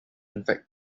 infect